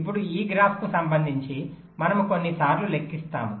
ఇప్పుడు ఈ గ్రాఫ్కు సంబంధించి మనము కొన్నిసార్లు లెక్కిస్తాము